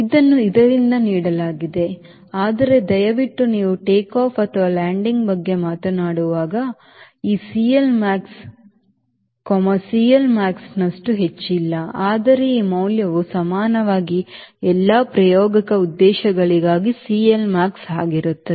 ಇದನ್ನು ಇದರಿಂದ ನೀಡಲಾಗಿದೆ ಆದರೆ ದಯವಿಟ್ಟು ನೀವು ಟೇಕ್ಆಫ್ ಅಥವಾ ಲ್ಯಾಂಡಿಂಗ್ ಬಗ್ಗೆ ಮಾತನಾಡುವಾಗ ಈ CLmax CLmaxನಷ್ಟು ಹೆಚ್ಚಿಲ್ಲ ಆದರೆ ಈ ಮೌಲ್ಯವು ಸಾಮಾನ್ಯವಾಗಿ ಎಲ್ಲಾ ಪ್ರಾಯೋಗಿಕ ಉದ್ದೇಶಗಳಿಗಾಗಿ CLmax ಆಗಿರುತ್ತದೆ